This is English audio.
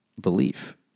belief